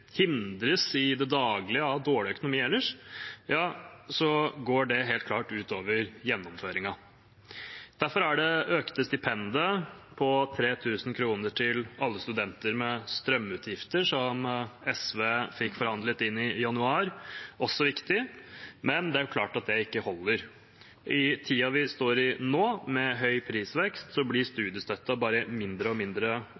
i det daglige hindres av dårlig økonomi, går det helt klart ut over gjennomføringen. Derfor er det økte stipendet på 3 000 kr til alle studenter med strømutgifter, noe SV fikk forhandlet inn i januar, også viktig, men det er klart at det ikke holder. I tiden vi står i nå, med høy prisvekst, blir studiestøtten bare mindre og mindre verdt. Derfor blir